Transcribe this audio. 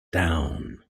down